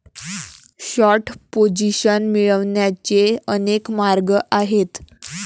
short position मिळवण्याचे अनेक मार्ग आहेत